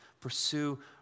Pursue